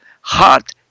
heart